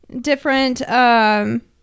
different